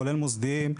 כולל מוסדיים,